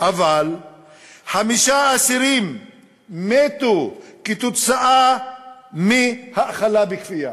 אבל חמישה אסירים מתו כתוצאה מהאכלה בכפייה.